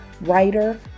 writer